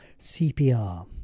CPR